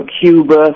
Cuba